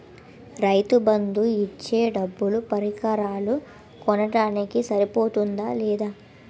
రైతు బందు ఇచ్చే డబ్బులు పరికరాలు కొనడానికి సరిపోతుందా లేదా?